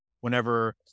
whenever